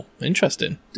interesting